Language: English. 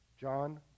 John